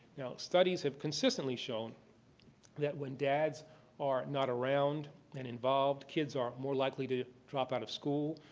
now, studies have consistently shown that, when dads are not around and involved, kids are more likely to drop out of school,